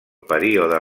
període